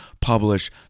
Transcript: publish